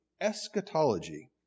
Eschatology